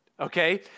Okay